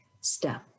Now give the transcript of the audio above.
step